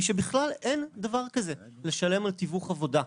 שבכלל אין דבר כזה לשלם על תיווך עבודה.